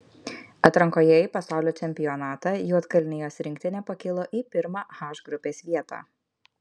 atrankoje į pasaulio čempionatą juodkalnijos rinktinė pakilo į pirmą h grupės vietą